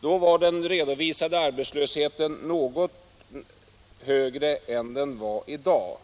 Då var den redovisade arbetslösheten något högre än den är i dag.